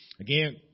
again